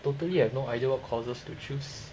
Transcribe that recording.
totally have no idea what courses to choose